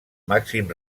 màxim